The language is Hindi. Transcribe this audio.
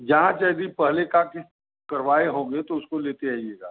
जाँच यदि पहले का कि करवाए होंगे तो उसको लेते आइएगा